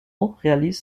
réalise